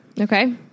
Okay